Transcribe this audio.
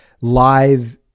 live